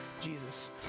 Jesus